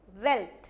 wealth